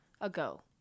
ago